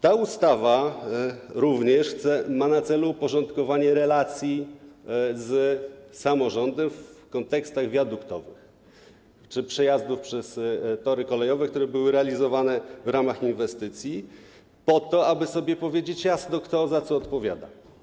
Ta ustawa ma również na celu porządkowanie relacji z samorządem w kontekstach wiaduktowych czy przejazdów przez tory kolejowe, które były realizowane w ramach inwestycji, po to aby sobie powiedzieć jasno, kto za co odpowiada.